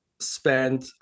Spend